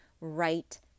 right